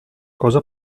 cosa